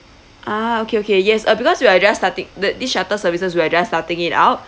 ah okay okay yes uh because we are just starti~ the this shuttle services we are just starting it out